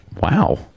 Wow